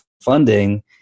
funding